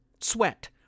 sweat